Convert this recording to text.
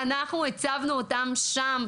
אנחנו הצבנו אותם שם.